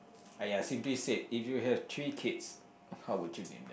!aiya! simply said if you have three kids how would you name